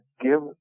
give